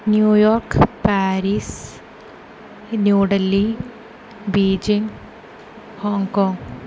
New York Paris New Delhi Beijing Hong Kong